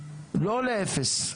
לא לאפס,